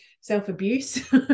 self-abuse